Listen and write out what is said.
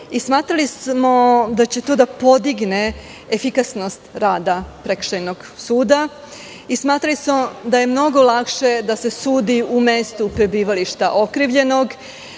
Smatrali smo da će to da podigne efikasnost rada prekršajnog suda. Smatrali smo da je mnogo lakše da se sudi u mestu prebivališta okrivljenog,